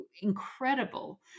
incredible